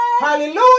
Hallelujah